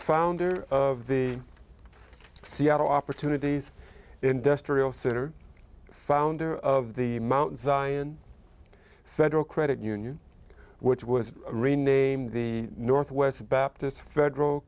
founder of the seattle opportunities industrial center founder of the mount zion federal credit union which was renamed the northwest baptist federal